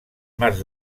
mars